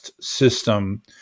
system